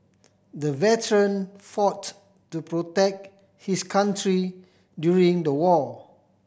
the veteran fought to protect his country during the war